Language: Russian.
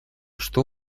что